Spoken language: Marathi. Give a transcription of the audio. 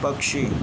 पक्षी